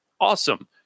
awesome